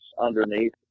underneath